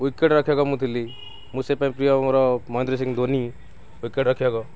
wicket ରକ୍ଷକ ମୁଁ ଥିଲି ମୁଁ ସେଥିପାଇଁ ପ୍ରିୟ ମୋର ମହେନ୍ଦ୍ର ସିଂ ଧୋନି ୱିକେଟ୍ ରକ୍ଷକ